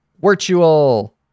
Virtual